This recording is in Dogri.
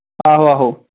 आहो आहो